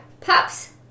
pups